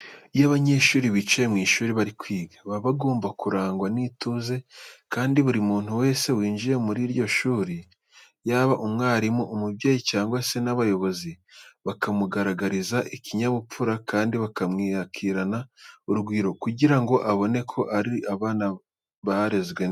Iyo abanyeshuri bicaye mu ishuri bari kwiga baba bagomba kurangwa n'ituze kandi buri muntu wese winjiye muri iryo shuri yaba umwarimu, umubyeyi cyangwa se n'abayobozi bakamugaragariza ikinyabupfura kandi bakamwakirana urugwiro kugira ngo abone ko ari abana barezwe neza.